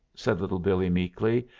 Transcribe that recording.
said little billee meekly,